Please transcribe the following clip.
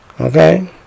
Okay